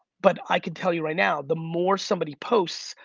but i can tell you right now, the more somebody posts,